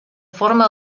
forma